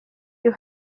you